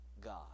God